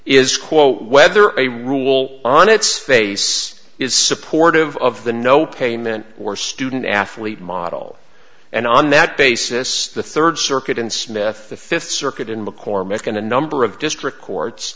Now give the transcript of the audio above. is quote whether a rule on its face is supportive of the no payment or student athlete model and on that basis the third circuit in smith the fifth circuit in mccormick and a number of district courts